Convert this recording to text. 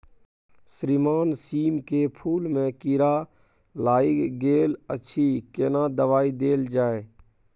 श्रीमान सीम के फूल में कीरा लाईग गेल अछि केना दवाई देल जाय?